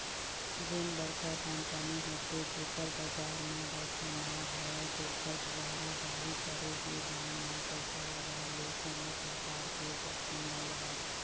जेन बड़का कंपनी होथे जेखर बजार म बड़का नांव हवय ओखर दुवारा जारी करे गे बांड म पइसा लगाय ले कोनो परकार के जोखिम नइ राहय